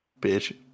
bitch